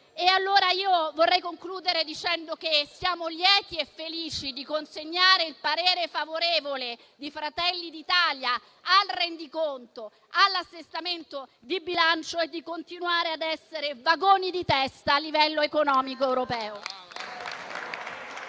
insorge. Vorrei concludere dicendo che siamo lieti e felici di consegnare il voto favorevole di Fratelli d'Italia al Rendiconto e all'assestamento di bilancio e di continuare a essere vagoni di testa a livello economico europeo.